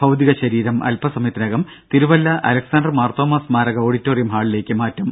ഭൌതിക ശരീരം അൽപസമയത്തിനകം തിരുവല്ല അലക്സാണ്ടർ മാർത്തോമ സ്മാരക ഓഡിറ്റോറിയം ഹാളിലേക്കു മാറ്റും